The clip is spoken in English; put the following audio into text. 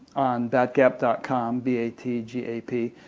batgap dot com, b a t g a p,